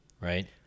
right